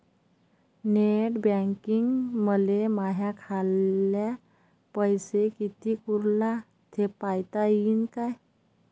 Net बँकिंगनं मले माह्या खाल्ल पैसा कितीक उरला थे पायता यीन काय?